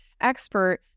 expert